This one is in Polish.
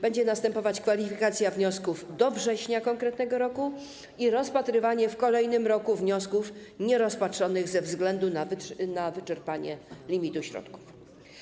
Będzie następować kwalifikacja wniosków do września konkretnego roku i rozpatrywanie w kolejnym roku wniosków nierozpatrzonych ze względu na wyczerpanie limitu środków.